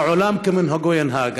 והעולם כמנהגו ינהג.